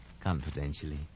confidentially